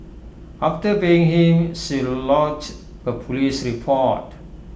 after paying him she lodged A Police report